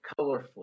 colorfully